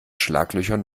schlaglöchern